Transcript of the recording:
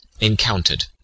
encountered